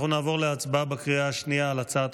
אנחנו נעבור להצבעה בקריאה השנייה על הצעת